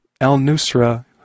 al-Nusra